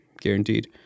Guaranteed